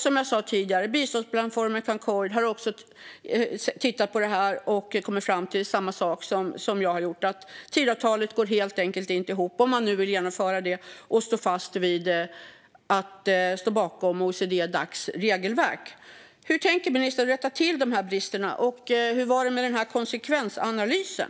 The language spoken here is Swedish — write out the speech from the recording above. Som jag tidigare sa har biståndsplattformen Concord tittat på detta och kommit fram till samma sak som jag: Det går inte att genomföra Tidöavtalet och samtidigt stå bakom OECD-Dacs regelverk. Hur tänker ministern rätta till dessa brister, och hur var det med konsekvensanalysen?